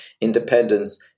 Independence